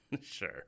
Sure